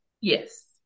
Yes